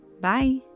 Bye